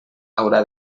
haurà